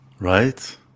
Right